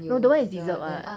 no that one is dessert [what]